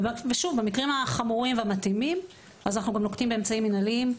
במקרים החמורים והמתאימים אנחנו גם נוקטים אמצעים מנהליים.